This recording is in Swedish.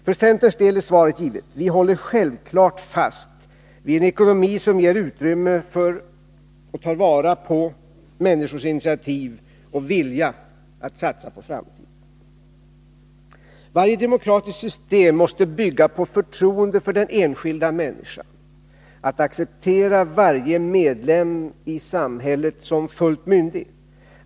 För centerns del är svaret givet: Självfallet håller vi fast vid en ekonomi som ger utrymme för och tar vara på människors initiativ och vilja att satsa på framtiden. Varje demokratiskt system måste bygga på förtroende för den enskilda människan, på att vi accepterar varje samhällsmedlem som fullt myndig.